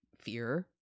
Fear